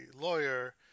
lawyer